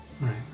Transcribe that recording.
Right